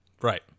Right